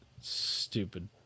Stupid